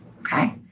Okay